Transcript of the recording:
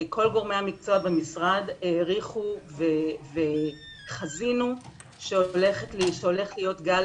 כל גורמי המקצוע במשרד העריכו וחזינו שהולך להיות גל